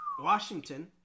Washington